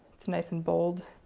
it's nice and bold.